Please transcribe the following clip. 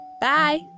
Bye